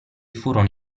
furono